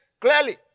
clearly